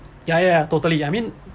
yeah yeah totally I mean